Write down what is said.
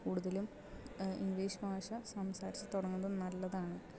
കൂടുതലും ഇംഗ്ലീഷ് ഭാഷ സംസാരിച്ച് തുടങ്ങുന്നത് നല്ലതാണ്